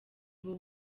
ubu